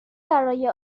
برای